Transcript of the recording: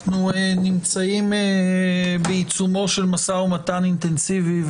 אנחנו נמצאים בעיצומו של משא-ומתן אינטנסיבי,